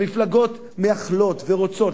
המפלגות מייחלות ורוצות,